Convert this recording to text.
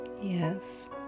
Yes